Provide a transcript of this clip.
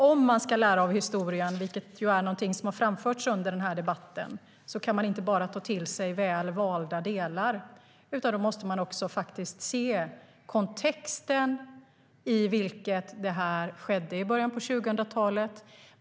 Om man ska lära av historien, vilket har framförts under debatten, kan man inte bara ta till sig väl valda delar, utan man måste se kontexten i vilken det skedde i början av 2000-talet.